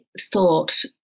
thought